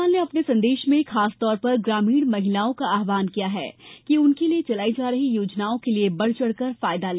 राज्यपाल ने अपने संदेश में खास तौर पर ग्रामीण महिलाओं का अह्वान किया है कि उनके लिए चलाई जा रही योजानाओं के लिए बढ़ चढ़ कर फायदा ले